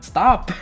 Stop